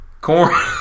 Corn